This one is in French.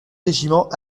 régiments